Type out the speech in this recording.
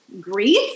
grief